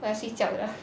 我要睡觉 liao